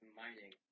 mining